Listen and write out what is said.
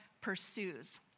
pursues